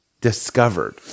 discovered